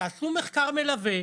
תעשו מחקר מלווה.